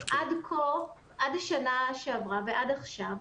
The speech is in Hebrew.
עד השנה שעברה ועד עכשיו,